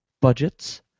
budgets